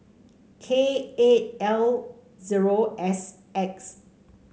K eight L zero S X